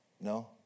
no